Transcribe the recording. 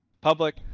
public